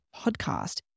podcast